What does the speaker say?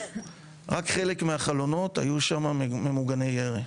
רק חלק מהחלונות היו שם ממוגני ירי.